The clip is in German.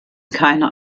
keiner